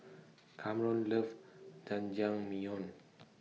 Kamron loves Jajangmyeon